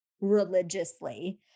religiously